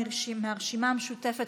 מהרשימה המשותפת,